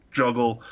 juggle